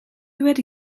wedi